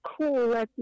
cool